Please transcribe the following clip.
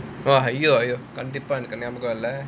!wah! !aiyo! !aiyo! கண்டிப்பா:kandippaa